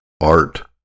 Art